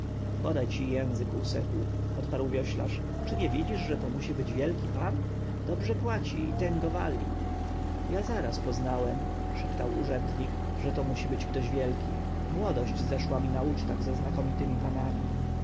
bodaj ci język usechł odparł wioślarz czy nie widzisz że to musi być wielki pan dobrze płaci i tęgo wali ja zaraz poznałem szeptał urzędnik że to musi być ktoś wielki młodość zeszła mi na ucztach ze znakomitymi panami